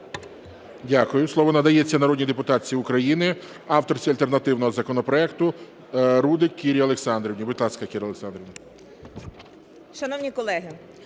Дякую. Слово надається народній депутатці України авторці альтернативного законопроекту Рудик Кірі Олександрівні. Будь ласка, Кіра Олександрівна.